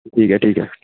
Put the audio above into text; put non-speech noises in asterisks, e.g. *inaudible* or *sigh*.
*unintelligible* ہے ٹھیک ہے